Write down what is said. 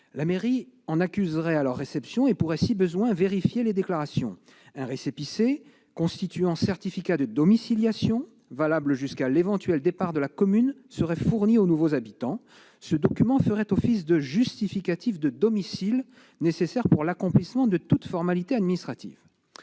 La mairie en accuserait alors réception et pourrait, si besoin, vérifier les déclarations. Un récépissé constituant certificat de domiciliation et valable jusqu'à l'éventuel départ de la commune serait fourni aux nouveaux habitants. Ce document ferait office de justificatif de domicile, nécessaire pour l'accomplissement de toute formalité administrative.